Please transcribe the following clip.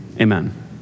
amen